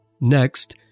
Next